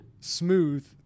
smooth